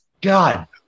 God